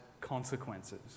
consequences